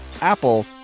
Apple